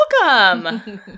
welcome